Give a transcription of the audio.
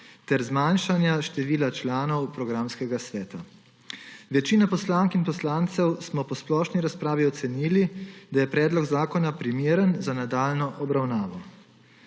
ter zmanjšati število članov programskega sveta. Večina poslank in poslancev smo po splošni razpravi ocenili, da je predlog zakona primeren za nadaljnjo obravnavo.